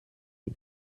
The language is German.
die